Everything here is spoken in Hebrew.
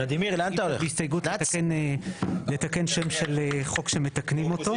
אי אפשר בהסתייגות לתקן שם של חוק שמתקנים אותו.